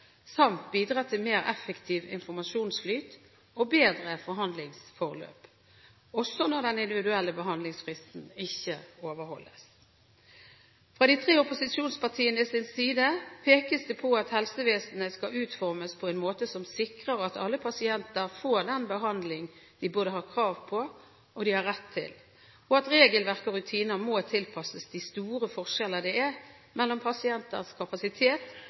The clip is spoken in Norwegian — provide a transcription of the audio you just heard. samt bidra til mer effektiv informasjonsflyt og bedre behandlingsforløp, også når den individuelle behandlingsfristen ikke overholdes. Fra de tre opposisjonspartienes side pekes det på at helsevesenet skal utformes på en måte som sikrer at alle pasienter får den behandling de har både krav på og rett til, og at regelverk og rutiner må tilpasses de store forskjeller som er mellom pasienters kapasitet